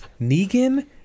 Negan